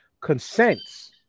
consents